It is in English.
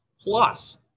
Plus